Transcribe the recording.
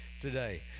today